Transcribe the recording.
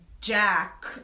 Jack